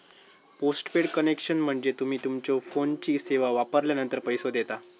postpaid connection म्हणजे तुम्ही तुमच्यो फोनची सेवा वापरलानंतर पैसो देता